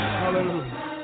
hallelujah